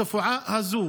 התופעה הזו